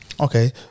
Okay